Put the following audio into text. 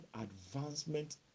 Advancement